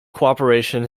cooperation